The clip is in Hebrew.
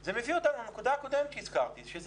זה מביא אותנו לנקודה הקודמת שהזכרתי שזאת